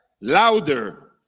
louder